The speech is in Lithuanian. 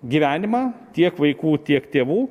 gyvenimą tiek vaikų tiek tėvų